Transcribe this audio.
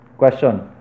question